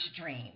dream